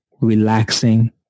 relaxing